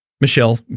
Michelle